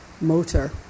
motor